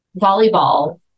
volleyball